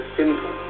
simple